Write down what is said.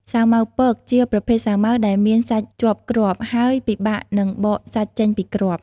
សាវម៉ាវពក ជាប្រភេទសាវម៉ាវដែលមានសាច់ជាប់គ្រាប់ ហើយពិបាកនឹងបកសាច់ចេញពីគ្រាប់។